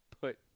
put